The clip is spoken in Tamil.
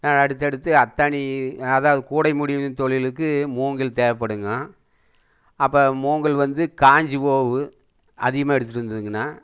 அடுத்து அடுத்து அத்தாணி அதான் கூடை முடையும் தொழிலுக்கு மூங்கில் தேவைப்படுங்க அப்போ மூங்கில் வந்து காய்ஞ்சி போகும் அதிகமாக எடுத்து வந்துதுங்கனா